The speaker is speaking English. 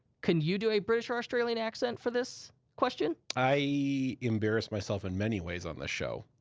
can you do a british or australia and accent for this question? i embarrass myself in many ways on this show,